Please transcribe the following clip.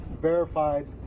verified